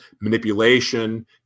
manipulation